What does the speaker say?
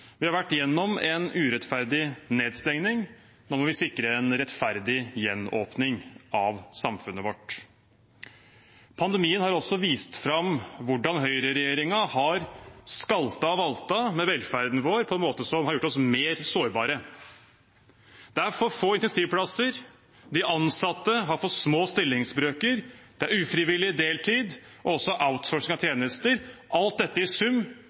Vi har vært gjennom en urettferdig nedstengning, nå må vi sikre en rettferdig gjenåpning av samfunnet vårt. Pandemien har også vist hvordan høyreregjeringen har skaltet og valtet med velferden vår på en måte som har gjort oss mer sårbare. Det er for få intensivplasser, de ansatte har for små stillingsbrøker, det er ufrivillig deltid og også outsourcing av tjenester. Alt dette i sum